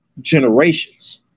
generations